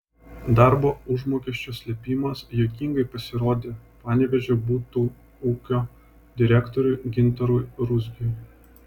darbo užmokesčio slėpimas juokingai pasirodė panevėžio butų ūkio direktoriui gintarui ruzgiui